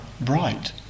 bright